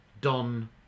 Don